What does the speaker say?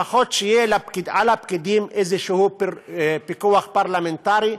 לפחות שיהיה על הפקידים איזשהו פיקוח פרלמנטרי.